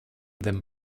them